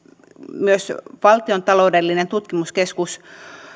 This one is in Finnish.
valtion taloudellinen tutkimuskeskus